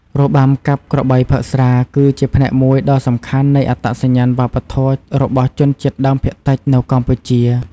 របាំកាប់ក្របីផឹកស្រា គឺជាផ្នែកមួយដ៏សំខាន់នៃអត្តសញ្ញាណវប្បធម៌របស់ជនជាតិដើមភាគតិចនៅកម្ពុជា។